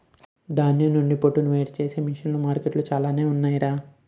ధాన్యం నుండి పొట్టును వేరుచేసే మిసన్లు మార్కెట్లో చాలానే ఉన్నాయ్ రా